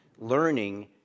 learning